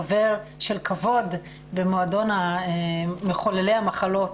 חבר של כבוד במועדון מחוללי המחלות,